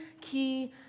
key